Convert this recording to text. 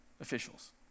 officials